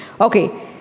okay